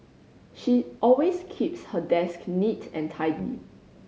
she always keeps her desk neat and tidy